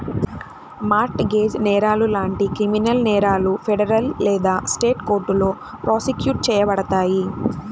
mart gauge నేరాలు లాంటి criminal నేరాలు ఫెడరల్ లేదా స్టేట్ కోర్టులో ప్రాసిక్యూట్ చేయబడతాయి